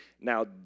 Now